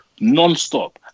nonstop